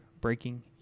breaking